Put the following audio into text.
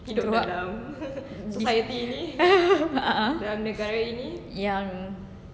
awak a'ah yang